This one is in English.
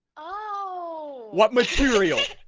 ah so what material